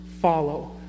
follow